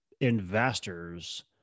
investors